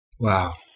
Wow